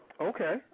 Okay